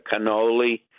Cannoli